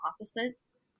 opposites